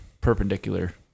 Perpendicular